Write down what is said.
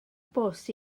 bws